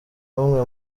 umwe